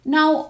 Now